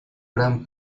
gran